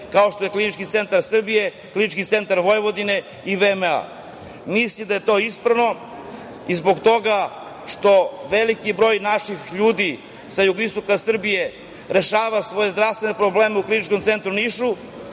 kao što je Klinički centar Srbije, Klinički centar Vojvodine i VMA.Mislim da je to ispravno i zbog toga što veliki broj naših ljudi sa jugoistoka Srbije rešava svoje zdravstvene probleme u Kliničkom centru u Nišu.